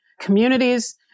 communities